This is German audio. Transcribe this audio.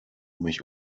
mich